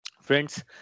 Friends